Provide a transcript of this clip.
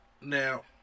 Now